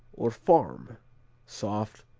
or farm soft,